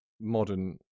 modern